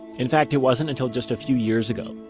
in fact, it wasn't until just a few years ago,